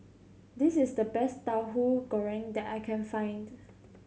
this is the best Tauhu Goreng that I can find